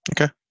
Okay